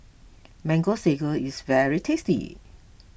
Mango Sago is very tasty